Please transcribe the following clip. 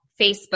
Facebook